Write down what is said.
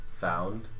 found